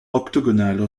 octogonal